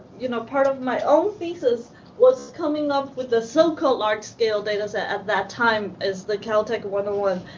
you know, part of my own thesis was coming up with the so-called large-scale dataset at that time as the caltech one hundred and one.